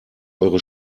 eure